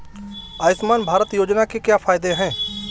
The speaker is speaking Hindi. आयुष्मान भारत योजना के क्या फायदे हैं?